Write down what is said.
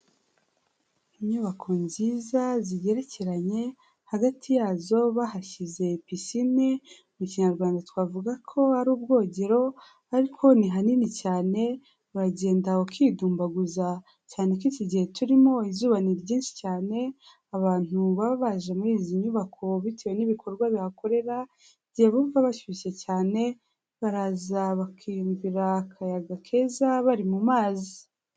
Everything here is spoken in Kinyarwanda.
Inyubako nziza zigerekeranye hagati yazo bahashyize piscine mu kinyarwanda twavuga ko hari ubwogero ariko ni hanini cyane uraragenda ukidumbaguza cyane ko iki gihe turimo izuba ni ryinshi cyane abantu baba baje muri izi nyubako bitewe n'ibikorwa bihakorera igihe bumva bashyushye cyane baraza bakiyumvira akayaga keza bari mu mazi.